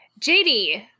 JD